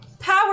Power